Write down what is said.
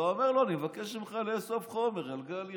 ואומר לו: אני מבקש ממך לאסוף חומר על גל הירש,